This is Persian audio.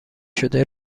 شده